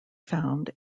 found